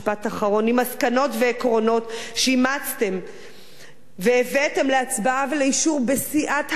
עם מסקנות ועקרונות שאימצתם והבאתם להצבעה ולאישור בסיעת הליכוד.